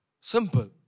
Simple